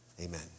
Amen